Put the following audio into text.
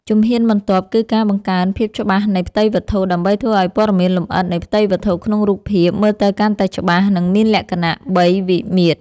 ជំហ៊ានបន្ទាប់គឺការបង្កើន ភាពច្បាស់នៃផ្ទៃវត្ថុ ដើម្បីធ្វើឱ្យព័ត៌មានលម្អិតនៃផ្ទៃវត្ថុក្នុងរូបភាពមើលទៅកាន់តែច្បាស់ និងមានលក្ខណៈបី វិមាត្រ។